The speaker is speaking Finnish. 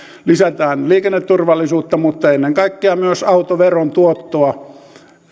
lisätään liikenneturvallisuutta mutta ennen kaikkea myös autoveron tuottoa